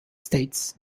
states